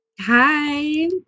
Hi